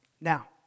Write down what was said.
Now